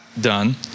done